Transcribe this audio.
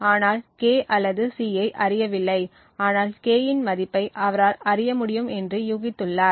ஆனால் K அல்லது C ஐ அறியவில்லை ஆனால் K இன் மதிப்பை அவரால் அறிய முடியும் என்று யூகித்துள்ளார்